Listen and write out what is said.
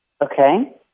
okay